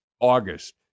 August